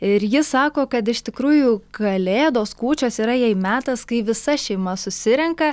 ir ji sako kad iš tikrųjų kalėdos kūčios yra jai metas kai visa šeima susirenka